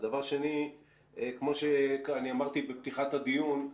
ודבר שני, כמו שאני אמרתי בפתיחת הדיון,